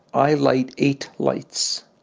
i light eight lights.